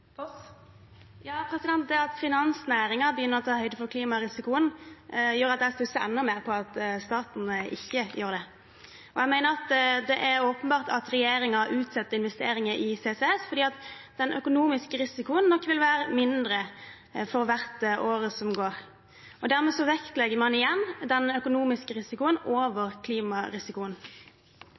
Det at finansnæringen begynner å ta høyde for klimarisikoen, gjør at jeg stusser enda mer over at staten ikke gjør det. Jeg mener det er åpenbart at regjeringen utsetter investeringer i CCS, fordi den økonomiske risikoen nok vil være mindre for hvert år som går. Dermed vektlegger man igjen den økonomiske risikoen mer enn klimarisikoen.